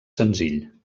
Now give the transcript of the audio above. senzill